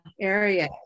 area